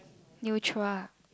neutral